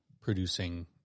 producing